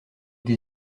des